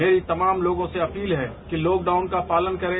मेरी तमाम लोगों से अपील है कि लॉकडाउन का पालन करें